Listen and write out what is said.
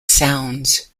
sounds